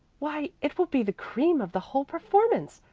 why it will be the cream of the whole performance.